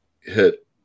hit